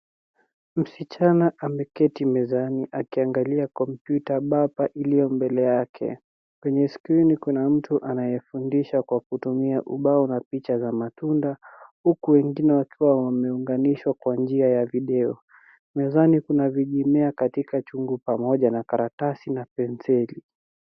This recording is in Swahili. Msichana ameketi mezani akiangalia kompyuta papa iliyo mbele yake. Kwenye skrini kuna mtu anayefundisha kwa kutumia ubao na picha za matunda huku wengine wakiwa wameunganishwa kwa njia ya video. Mezani kuna vijimea katika chungu pamoja na karatasi na penseli.